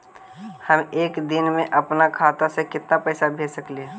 हम एक दिन में अपन खाता से कितना पैसा भेज सक हिय?